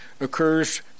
occurs